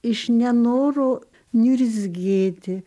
iš nenoro niurzgėti